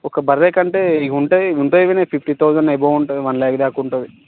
ఒక బర్రెకి అంటే ఉంటుంది ఉంటాయి వినయ్ ఫిఫ్టీ తౌజండ్ అబవ్ ఉంటుంది వన్ ల్యాక్ దాకా ఉంటుంది